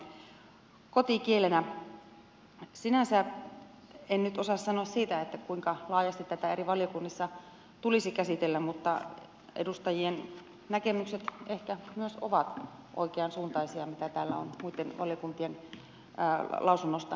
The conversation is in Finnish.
sinänsä en nyt osaa sanoa siitä kuinka laajasti tätä eri valiokunnissa tulisi käsitellä mutta edustajien näkemykset ehkä myös ovat oikean suuntaisia mitä täällä on muitten valiokuntien lausunnoista esitetty